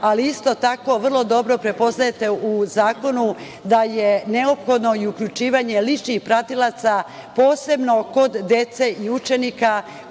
ali isto tako vrlo dobro prepoznajete u zakonu da je neophodno i uključivanje ličnih pratilaca, posebno kod dece i učenika